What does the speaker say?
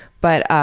but.